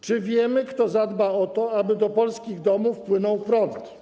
Czy wiemy, kto zadba o to, aby do polskich domów płynął prąd?